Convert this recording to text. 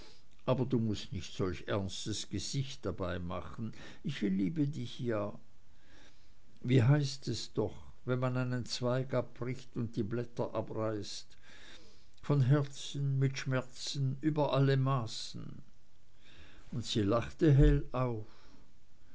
aber du mußt nicht solch ernstes gesicht dabei machen ich liebe dich ja wie heißt es doch wenn man einen zweig abbricht und die blätter abreißt von herzen mit schmerzen über alle maßen und sie lachte hell auf